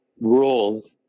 rules